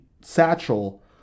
satchel